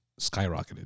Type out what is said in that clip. skyrocketed